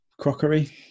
Crockery